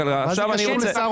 אתה הולך להיות שר,